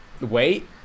wait